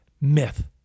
myth